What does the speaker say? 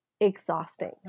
Exhausting